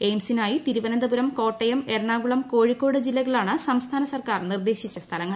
എയിംസിനായി തിരുവനന്തപുരം കോട്ടയം എറണാകുളം കോഴിക്കോട് ജില്ലകളാണ് സംസ്ഥാന സർക്കാർ നിർദ്ദേശിച്ചു സ്ഥലങ്ങൾ